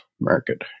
market